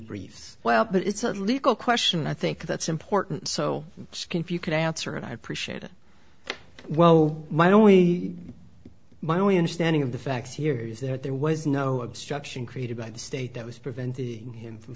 briefs well but it's a legal question i think that's important so skin if you could answer it i appreciate it well my only my only understanding of the facts here is that there was no obstruction created by the state that was preventing him from